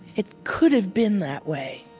it could have been that way.